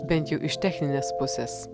bent jau iš techninės pusės